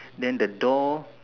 then the door